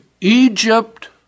Egypt